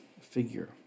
figure